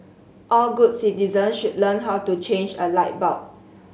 all good citizen should learn how to change a light bulb